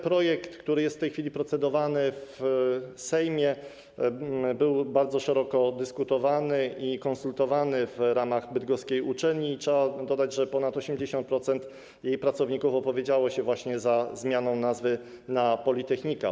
Projekt, nad którym w tej chwili procedujemy w Sejmie, był bardzo szeroko dyskutowany i konsultowany w ramach bydgoskiej uczelni i trzeba dodać, że ponad 80% jej pracowników opowiedziało się właśnie za zmianą nazwy na „politechnika”